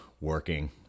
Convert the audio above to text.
working